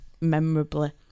memorably